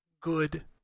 good